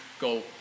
go